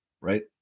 right